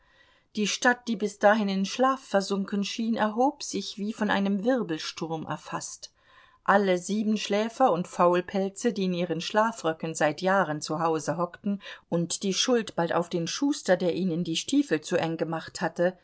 die stadt die bis dahin in schlaf versunken schien erhob sich wie von einem wirbelsturm erfaßt alle siebenschläfer und faulpelze die in ihren schlafröcken seit jahren zu hause hockten und die schuld bald auf den schuster der ihnen die stiefel zu eng gemacht hatte